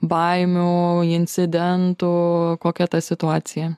baimių incidentų kokia ta situacija